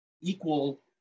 equal